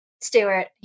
Stewart